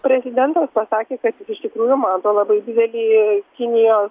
prezidentas pasakė kad iš tikrųjų mato labai didelį kinijos